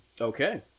Okay